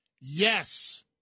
Yes